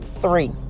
Three